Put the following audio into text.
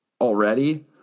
already